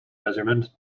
measurement